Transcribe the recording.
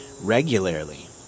regularly